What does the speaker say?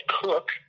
Cook